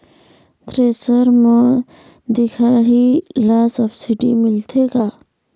Thresher म दिखाही ला सब्सिडी मिलथे का?